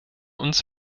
uns